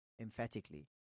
emphatically